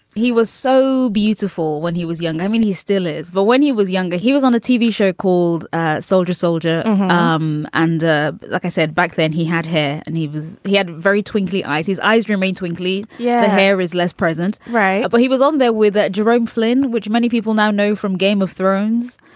he was so beautiful when he was young. i mean, he still is. but when he was younger, he was on a tv show called ah soldier soldier um and like i said back then, he had hair. and he was he had very twinkly eyes. his eyes remained twinkly. yeah. hair is less present, right? well, but he was on there with ah jerome flynn, which many people now know from game of thrones,